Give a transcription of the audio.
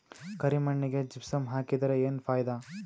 ಕರಿ ಮಣ್ಣಿಗೆ ಜಿಪ್ಸಮ್ ಹಾಕಿದರೆ ಏನ್ ಫಾಯಿದಾ?